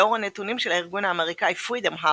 לאור הנתונים של הארגון האמריקאי "פרידום האוס"